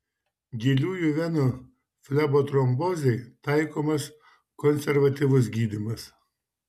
giliųjų venų flebotrombozei taikomas konservatyvus gydymas